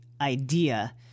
idea